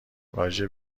راجع